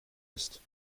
ist